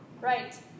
Right